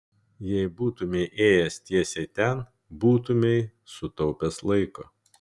jei būtumei ėjęs tiesiai ten būtumei sutaupęs laiko